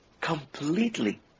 completely